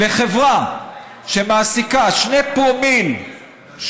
לחברה שמעסיקה שני פרומיל,